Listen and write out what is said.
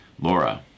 Laura